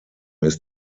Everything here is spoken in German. ist